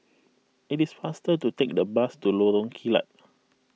it is faster to take the bus to Lorong Kilat